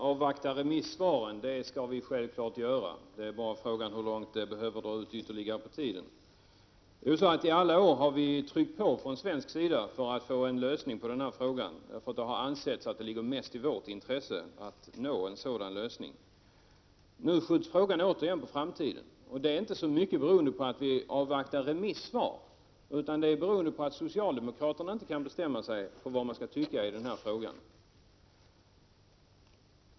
Herr talman! Vi skall självfallet avvakta remissvaren. Frågan är bara hur långt det behöver dra ut ytterligare på tiden. Under alla år har vi från svensk sida tryckt på för att få en lösning på denna fråga. Det har ansetts att det mest 41 ligger i vårt intresse att nå en lösning. Nu skjuts frågan återigen på framtiden, inte så mycket beroende på att vi avvaktar remissvar utan mest på att socialdemokraterna inte kan bestämma sig vad man skall tycka i denna fråga.